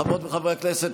חברות וחברי הכנסת,